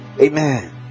Amen